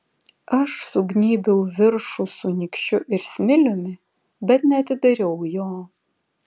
aš sugnybiau viršų su nykščiu ir smiliumi bet neatidariau jo